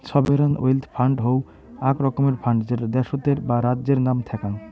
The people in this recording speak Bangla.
সভেরান ওয়েলথ ফান্ড হউ আক রকমের ফান্ড যেটা দ্যাশোতর বা রাজ্যের নাম থ্যাক্যাং